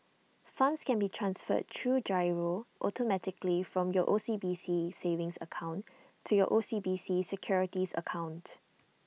funds can be transferred through GIRO automatically from your O C B C savings account to your O C B C securities accounts